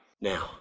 now